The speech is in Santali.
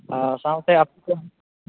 ᱟᱨ ᱥᱟᱶᱛᱮ ᱟᱯᱮ ᱠᱚᱦᱚᱸ